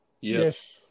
yes